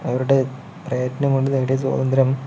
അവരുടെ പ്രയത്നം കൊണ്ട് നേടിയ സ്വാതന്ത്രം